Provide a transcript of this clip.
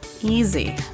easy